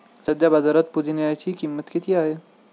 सध्या बाजारात पुदिन्याची किंमत किती आहे?